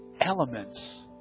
elements